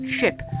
ship